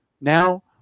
Now